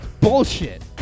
Bullshit